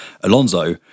Alonso